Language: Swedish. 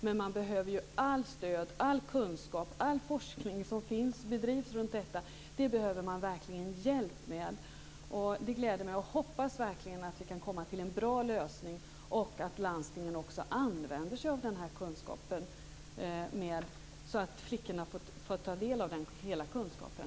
Men man behöver verkligen hjälp med allt stöd, all kunskap, all forskning som bedrivs runt detta. Svaret gläder mig. Jag hoppas verkligen att vi kan komma fram till en bra lösning och att landstingen också använder sig av den här kunskapen så att flickorna får ta del av hela kunskapen.